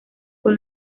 con